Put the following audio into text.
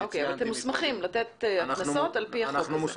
שאנחנו אוספים בשטח.